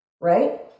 right